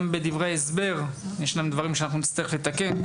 בדברי ההסבר ישנם דברים שאנחנו נצטרך לתקן,